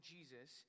Jesus